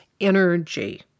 energy